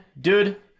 dude